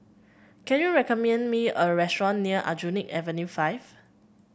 can you recommend me a restaurant near Aljunied Avenue Five